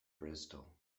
bristol